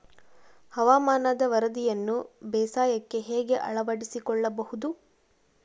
ಹವಾಮಾನದ ವರದಿಯನ್ನು ಬೇಸಾಯಕ್ಕೆ ಹೇಗೆ ಅಳವಡಿಸಿಕೊಳ್ಳಬಹುದು?